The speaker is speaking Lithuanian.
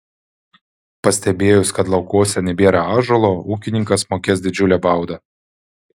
pastebėjus kad laukuose nebėra ąžuolo ūkininkas mokės didžiulę baudą